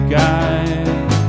guide